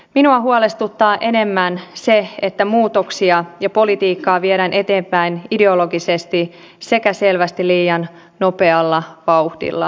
minua huolestuttaa enemmän se että muutoksia ja politiikkaa viedään eteenpäin ideologisesti sekä selvästi liian nopealla vauhdilla